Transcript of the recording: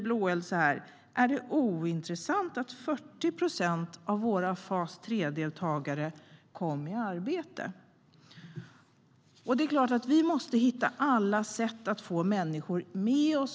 Blåeld skriver: Är det ointressant att 40 procent av våra fas 3-deltagare kommit i arbete? Det är klart att vi måste hitta alla sätt att få människor med oss.